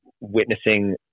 witnessing